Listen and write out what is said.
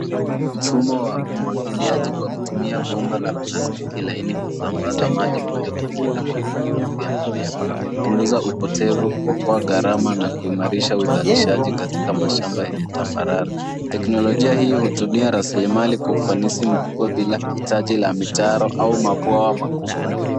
Mfumo wa umwagiiaji kwa kutumia bomba la plastiki laini kusambaza maji moja kwa moja kwenye mizizi ya mimea hupunguza upotevu kwa kua gharama na kuimarisha uzalishaji katika mashamba yenye tambarare. Teknolojia hio hutumia raslimali kwa ufanisi mkubwa bila hitaji la mitaro au mabwawa makubwa.